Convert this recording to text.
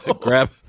Grab –